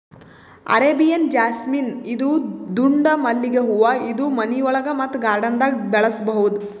Arabian jasmine ಇದು ದುಂಡ್ ಮಲ್ಲಿಗ್ ಹೂವಾ ಇದು ಮನಿಯೊಳಗ ಮತ್ತ್ ಗಾರ್ಡನ್ದಾಗ್ ಬೆಳಸಬಹುದ್